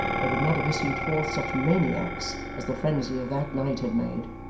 there would not have issued forth such maniacs as the frenzy of that night had made.